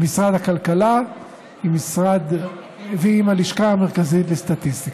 עם משרד הכלכלה ועם הלשכה המרכזית לסטטיסטיקה.